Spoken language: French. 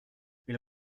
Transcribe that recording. ils